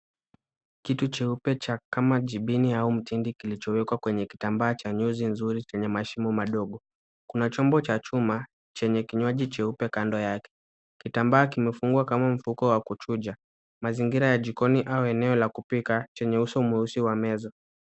Kitu cheupe cha kama jibini au mtindi kilichowekwa kwenye kitambaa cha nyuzi nzuri chenye mashimo madogo. Kuna chombo cha chuma chenye kinywaji cheupe kando yake. Kitambaa kimefungwa kama mfuko wa kuchuja. Mazingira ya jikoni au eneo la kupika chenye uso mweusi wa meza.